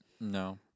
No